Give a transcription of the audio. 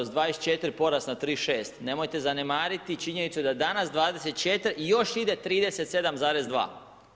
Sa 24 porast na 36, nemojte zanemariti činjenicu da danas 24 i još ide 37,3.